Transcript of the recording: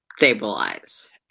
Stabilize